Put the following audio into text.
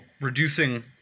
reducing